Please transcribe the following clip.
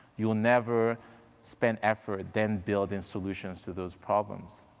you'll never spend effort, then build in solutions to those problems.